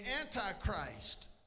Antichrist